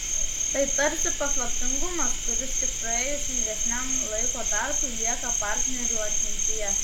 tai tarsi paslaptingumas kuris tik praėjus ilgesniam laiko tarpui lieka partnerių atmintyje